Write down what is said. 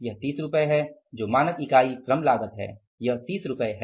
यह 30 रुपये है मानक इकाई श्रम लागत 30 रुपये है